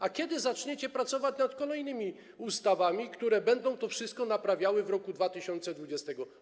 A kiedy zaczniecie pracować nad kolejnymi ustawami, które będą to wszystko naprawiały w roku 2020?